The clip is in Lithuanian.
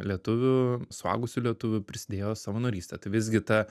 lietuvių suaugusių lietuvių prisidėjo savanoryste tai visgi ta